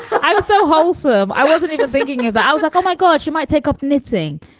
i also also um i wasn't even thinking about like, oh, my gosh, you might take up knitting.